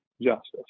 justice